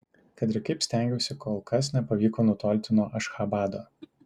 kad ir kaip stengiausi kol kas nepavyko nutolti nuo ašchabado